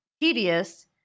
tedious